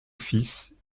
fils